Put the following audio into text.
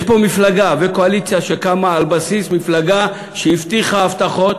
יש פה מפלגה וקואליציה שקמה על בסיס מפלגה שהבטיחה הבטחות,